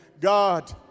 God